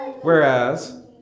Whereas